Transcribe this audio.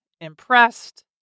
impressed